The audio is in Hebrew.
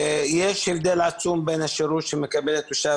יש הבדל עצום בין השירות שמקבל תושב